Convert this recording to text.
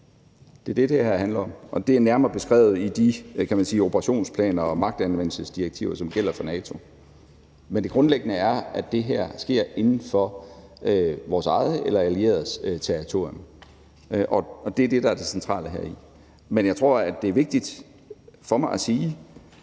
Det er det, det her handler om, og det er nærmere beskrevet i de operationsplaner og magtanvendelsesdirektiver, som gælder for NATO. Men det grundlæggende er, at det her sker inden for vores eget eller allieredes territorium, og det er det, der er det centrale heri. Men jeg tror, at det er vigtigt for mig at sige,